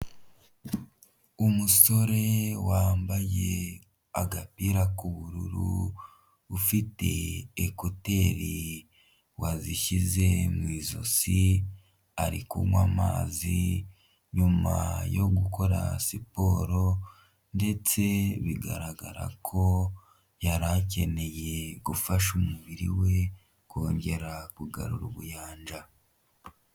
Umusore wambaye agapira k'ubururu, ufite ekuteri wazishyize mu ijosi, ari kunywa amazi nyuma yo gukora siporo, ndetse bigaragara ko yari akeneye gufasha umubiri we kongera kugarura ubuyanja.